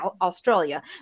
australia